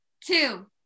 two